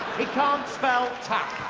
he can't spell tap.